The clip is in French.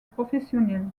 professionnel